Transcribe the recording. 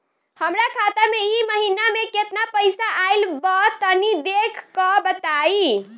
हमरा खाता मे इ महीना मे केतना पईसा आइल ब तनि देखऽ क बताईं?